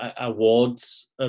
awards